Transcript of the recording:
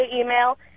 email